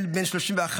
בן 31,